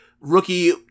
rookie